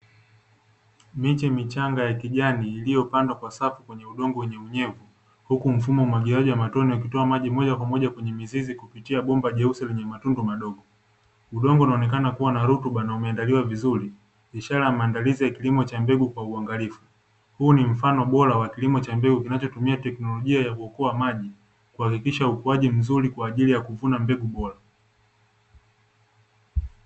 Miche michanga ya kijani iliyopandwa kwa safu kwenye udongo wenye unyevu, huku mfumo wa mwagiliaji wa matone ukitoa maji moja kwa moja kwenye mizizi kupitia bomba jeusi lenye matunda madogo, udongo unaonekana kuwa na rutuba na umeandaliwa vizuri. Ishara ya maandalizi ya kilimo cha mbegu kwa uangalifu huu ni mfano bora wa kilimo cha mbegu kinachotumia teknolojia ya kuokoa maji, kuhakikisha ukuaji mzuri kwa ajili ya kuvuna mbegu bora.